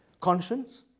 conscience